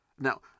Now